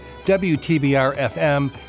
WTBR-FM